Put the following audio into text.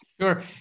sure